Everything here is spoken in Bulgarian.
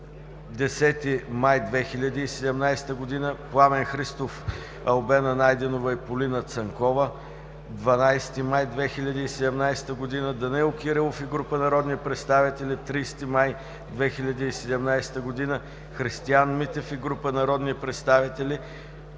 10 май 2017 г.; Пламен Христов, Албена Найденова и Полина Цанкова – 12 май 2017 г.; Данаил Кирилов и група народни представители – 30 май 2017 г.; Христиан Митев и група народни представители